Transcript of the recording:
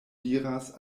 diras